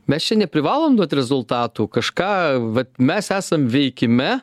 mes čia neprivalom duot rezultatų kažką vat mes esam veikime